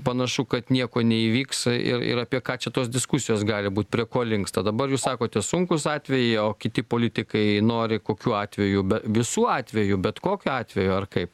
panašu kad nieko neįvyks ir ir apie ką čia tos diskusijos gali būt prie ko linksta dabar jūs sakote sunkūs atvejai o kiti politikai nori kokių atvejų be visų atvejų bet kokiu atveju ar kaip